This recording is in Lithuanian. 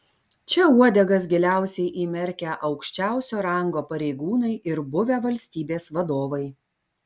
čia uodegas giliausiai įmerkę aukščiausio rango pareigūnai ir buvę valstybės vadovai